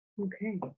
okay